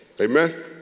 Amen